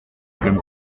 comme